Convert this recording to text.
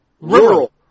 Rural